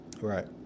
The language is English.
Right